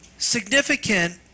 significant